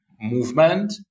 movement